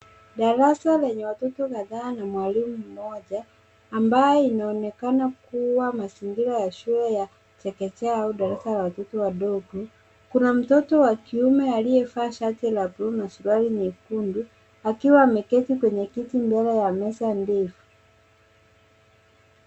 Darasa lenye watoto kadhaa na mwalimu mmoja, ambayo inaonekana kuwa mazingira ya shule ya chekechea au darasa la watoto wadogo. Kuna mtoto wa kiume aliyevaa shati la buluu na suruali nyekundu, akiwa ameketi kwenye kiti ndogo ya meza mbili.